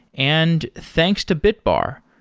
and thanks to bitbar.